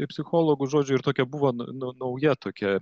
ir psichologų žodžiu ir tokia buvo nu nauja tokia